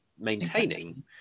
maintaining